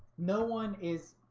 no one is